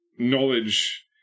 knowledge